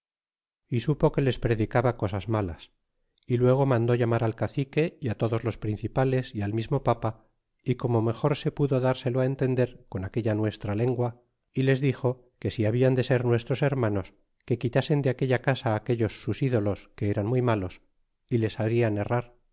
y supo que les predicaba cosas malas y luego mandó llamar al cacique y todos los principales y al mismo papa y como mejor se pudo dárselo entender con aquella nuestra lengua y les dixo que si hablan de ser nuestros hermanos que quitasen de aquella casa aquellos sus ídolos que eran muy malos y les harian errar